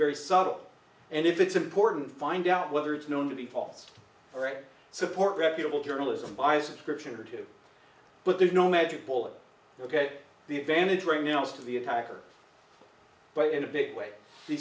very subtle and if it's important to find out whether it's known to be pots or air support reputable journalism by subscription or two but there's no magic bullet ok the advantage right now is to the attacker but in a big way the